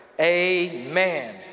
Amen